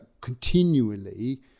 continually